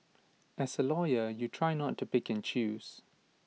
as A lawyer you try not to pick and choose